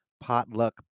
potluck